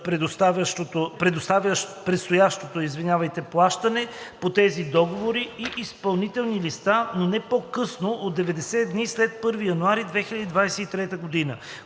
предстоящо плащане по тези договори и изпълнителни листа, но не по-късно от 90 дни след 1 януари 2023 г.“